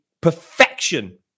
perfection